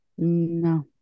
No